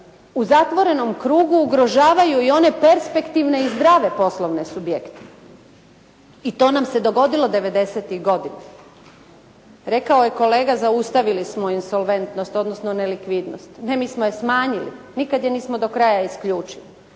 u zatvorenom krugu ugrožavaju i one perspektivne i zdrave poslovne subjekte. I to nam se dogodilo '90.-ih godina. Rekao je kolega zaustavili smo insolventnost, odnosno nelikvidnost, ne mi smo je smanjili, nikada je nismo do kraja isključili.